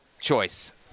choice